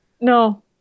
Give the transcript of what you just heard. No